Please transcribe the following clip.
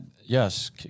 yes